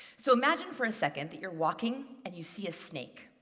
so imagine for a second that you're walking and you see a snake.